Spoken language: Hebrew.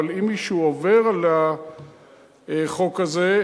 אבל אם מישהו עובר על החוק הזה,